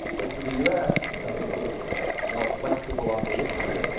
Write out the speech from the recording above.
but for the u s, which i think is more flexible on the issue,